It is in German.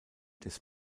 des